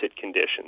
conditions